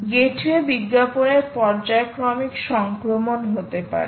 gateway বিজ্ঞাপনের পর্যায়ক্রমিক সংক্রমণ হতে পারে